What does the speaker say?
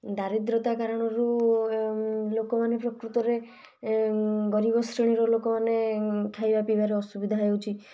ଦାରିଦ୍ର୍ୟତା କାରଣରୁ ଲୋକମାନେ ପ୍ରକୃତରେ ଗରିବ ଶ୍ରେଣୀର ଲୋକମାନେ ଖାଇବା ପିଇବାରେ ଅସୁବିଧା ହେଉଛି